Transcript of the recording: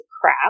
crap